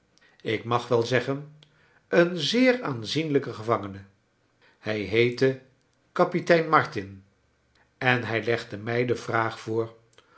ik mag wel zeggen een zeer aanzienlijken gevangene hij heette kapitein martin en hij legde mij de vraag voor